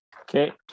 okay